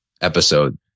episode